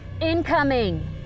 Incoming